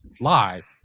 live